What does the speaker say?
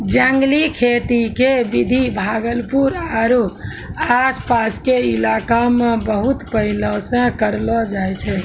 जंगली खेती के विधि भागलपुर आरो आस पास के इलाका मॅ बहुत पहिने सॅ करलो जाय छै